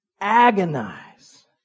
agonize